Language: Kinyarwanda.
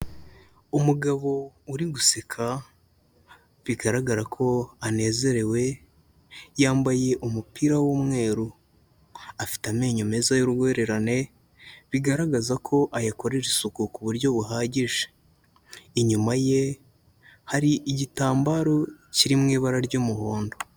Umugabo uri guseka, bigaragara ko anezerewe, yambaye umupira w'umweru, afite amenyo meza y'urwererane, bigaragaza ko ayakorera isuku ku buryo buhagije, inyuma ye hari igitambaro kiri mu ibara ry'umuhondo.